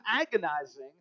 agonizing